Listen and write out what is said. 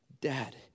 Dad